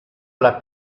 alla